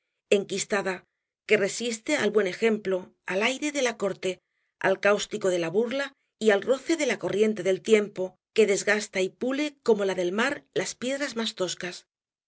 enquistada que resiste al buen ejemplo al aire de la corte al cáustico de la burla y al roce de la corriente del tiempo que desgasta y pule como la del mar las piedras más toscas